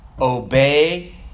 Obey